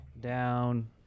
down